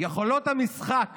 יכולות המשחק